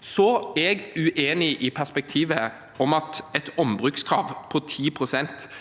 Jeg er uenig i perspektivet om at et ombrukskrav på 10 pst.